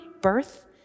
birth